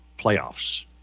playoffs